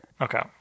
Okay